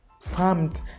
farmed